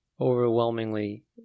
overwhelmingly